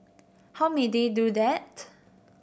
how may they do that